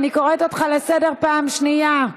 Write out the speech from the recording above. אני קוראת אותך לסדר פעם שנייה.